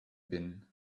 been